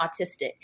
autistic